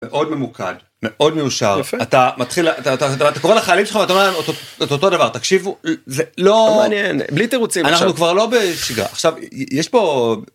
מאוד ממוקד מאוד מיושר, יפה, אתה מתחיל אתה קורא לחיילים שלך ואתה אומר את אותו דבר תקשיבו זה לא מעניין בלי תירוצים עכשיו, אנחנו כבר לא בשגרה עכשיו יש פה.